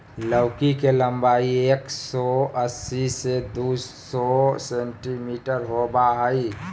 लौकी के लम्बाई एक सो अस्सी से दू सो सेंटीमिटर होबा हइ